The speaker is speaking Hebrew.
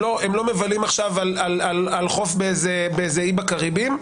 מבלים על חוף באי בקאריביים,